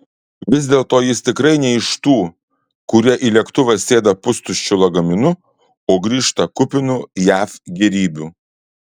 vis dėlto jis tikrai ne iš tų kurie į lėktuvą sėda pustuščiu lagaminu o grįžta kupinu jav gėrybių